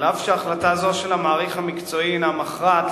אף שהחלטה זו של המעריך המקצועי הינה מכרעת